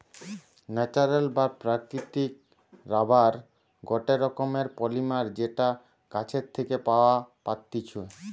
natural বা প্রাকৃতিক rubber গটে রকমের পলিমার যেটা গাছের থেকে পাওয়া পাত্তিছু